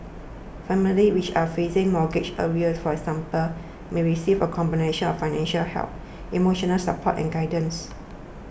families which are facing mortgage arrears for example may receive a combination of financial help emotional support and guidance